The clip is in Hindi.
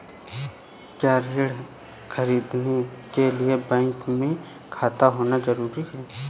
क्या ऋण ख़रीदने के लिए बैंक में खाता होना जरूरी है?